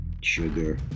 sugar